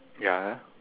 ya